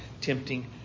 tempting